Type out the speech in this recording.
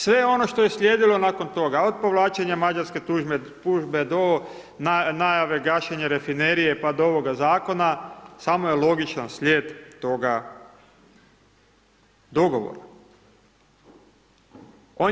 Sve ono što je slijedilo nakon toga, od povlačenja mađarske tužbe do najave gašenja rafinerije, pa do ovoga zakona, samo je logičan slijed toga dogovora.